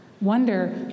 Wonder